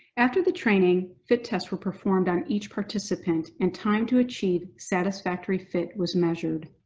after the training, fit tests were performed on each participant and timed to achieve satisfactory fit was measured.